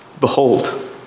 Behold